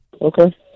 Okay